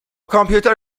کامپیوتر